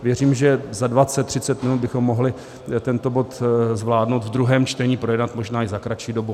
Věřím, že za 20, 30 minut bychom mohli tento bod zvládnout v druhém čtení projednat, možná i za kratší dobu.